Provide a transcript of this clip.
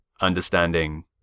understanding